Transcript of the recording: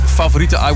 favoriete